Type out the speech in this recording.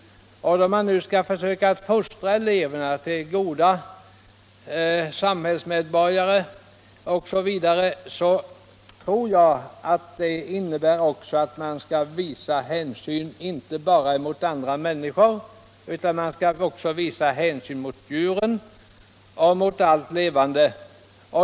Detta att man skall försöka fostra eleverna till goda samhällsmedborgare tror jag också innebär att de skall läras att visa hänsyn inte bara mot andra människor utan också mot djur och allt levande.